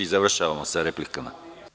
Završavamo sa replikama.